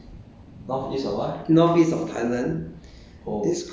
uh at isan at north east of isan